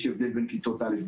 יש הבדל בין כיתות א',